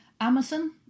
Amazon